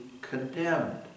condemned